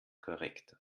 korrekt